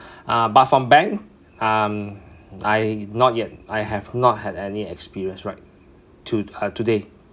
uh but from bank um I not yet I have not had any experience right to uh to date